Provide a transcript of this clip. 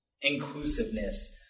inclusiveness